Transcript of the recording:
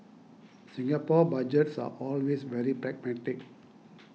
Singapore Budgets are always very pragmatic